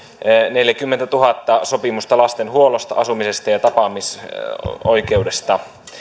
neljäkymmentätuhatta sopimusta lapsen huollosta asumisesta ja ja tapaamisoikeudesta